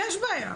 יש בעיה,